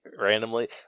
randomly